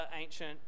ancient